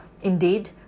Indeed